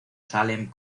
salem